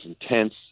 intense